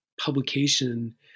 publication